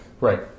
right